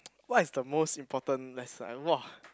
what is the most important lesson !wah!